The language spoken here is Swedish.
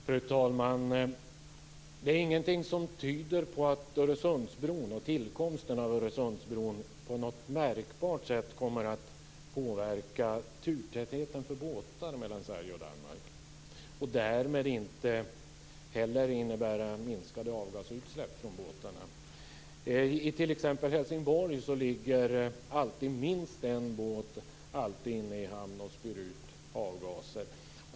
Fru talman! Det är ingenting som tyder på att tillkomsten av Öresundsbron på något märkbart sätt kommer att påverka turtätheten för båtar mellan Sverige och Danmark och därmed inte heller innebära minskade avgasutsläpp från båtarna. I t.ex. Helsingborg ligger alltid minst en båt inne i hamn och spyr ut avgaser.